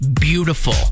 Beautiful